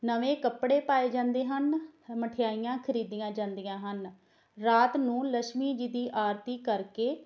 ਨਵੇਂ ਕੱਪੜੇ ਪਾਏ ਜਾਂਦੇ ਹਨ ਮਠਿਆਈਆਂ ਖਰੀਦੀਆਂ ਜਾਂਦੀਆਂ ਹਨ ਰਾਤ ਨੂੰ ਲਛਮੀ ਜੀ ਦੀ ਆਰਤੀ ਕਰਕੇ